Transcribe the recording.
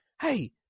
Hey